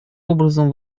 образом